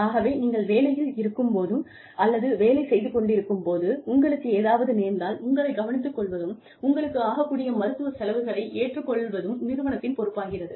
ஆகவே நீங்கள் வேலையில் இருக்கும் போது அல்லது வேலை செய்து கொண்டிருக்கும் போது உங்களுக்கு ஏதாவது நேர்ந்தால் உங்களை கவனித்துக் கொள்வதும் உங்களுக்கு ஆகக் கூடிய மருத்துவச் செலவுகளை ஏற்றுக் கொள்வதும் நிறுவனத்தின் பொறுப்பாகிறது